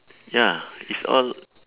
ya is all